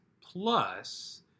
plus